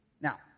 Now